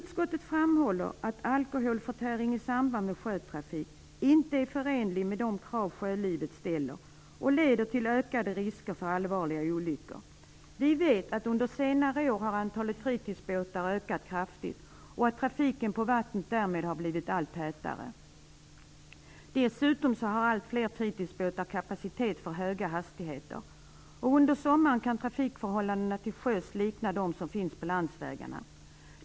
Utskottet framhåller att alkoholförtäring i samband med sjötrafik inte är förenlig med de krav sjölivet ställer och leder till ökade risker för allvarliga olyckor. Vi vet att antalet fritidsbåtar under senare år ökat kraftigt och att trafiken på vattnet därmed har blivit allt tätare. Dessutom har allt fler fritidsbåtar kapacitet för höga hastigheter. Under sommaren kan trafikförhållandena till sjöss likna förhållandena på landsvägarna.